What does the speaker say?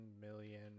million